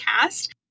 cast